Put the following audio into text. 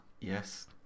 Yes